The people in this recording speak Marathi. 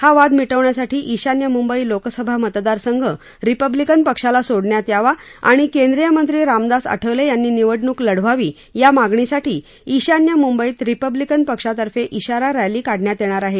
हा वाद मिटवण्यासाठी ईशान्य म्ंबई लोकसभा मतदारसंघ रिपब्लिकन पक्षाला सोडण्यात यावा आणि केंद्रीय मंत्री रामदास आठवले यांनी निवडणूक लढवावी या मागणीसाठी ईशान्य म्ंबईत रिपब्लिकन पक्षातर्फे इशारा रॅली काढण्यात येणार आहे